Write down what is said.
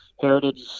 heritage